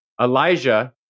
Elijah